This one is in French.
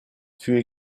fut